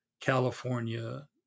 California